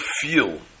feel